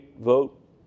vote